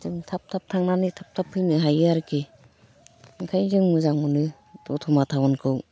जों थाब थाब थांनानै थाब थाब फैनो हायो आरोखि ओंखायनो जों मोजां मोनो द'तमा टाउनखौ